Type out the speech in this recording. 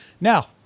Now